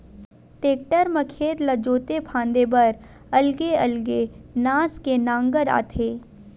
tractor म खेत ला जोते फांदे बर अलगे अलगे नास के नांगर आथे